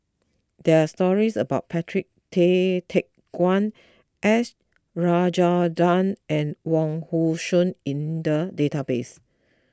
there are stories about Patrick Tay Teck Guan S Rajendran and Wong Hong Suen in the database